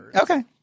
Okay